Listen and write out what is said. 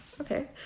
Okay